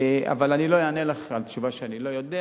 אבל אני לא אענה לך תשובה שאני לא יודע.